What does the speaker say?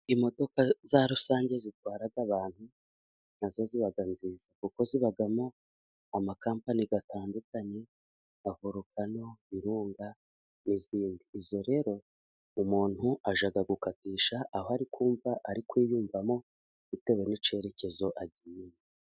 Imodoka za rusange zitwarara abantu nazo ziba nziza kuko zibamo amakampani atandukanye nka Vorukano, Virunga n'izindi. Izo rero umuntu ajya gukatisha aho ari kuva ari kwiyumvamo bitewe n'icyerekezo agiyemo.